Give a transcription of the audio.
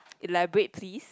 elaborate please